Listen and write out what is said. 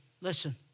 Listen